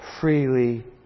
Freely